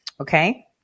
okay